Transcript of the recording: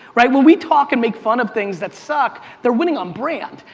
right? when we talk and make fun of things that suck, they're winning on brand.